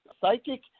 Psychic